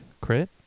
Crit